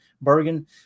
Bergen